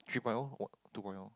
three point O what two point O